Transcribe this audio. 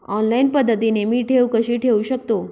Online पद्धतीने मी ठेव कशी ठेवू शकतो?